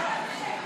בבקשה.